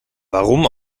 warum